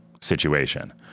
situation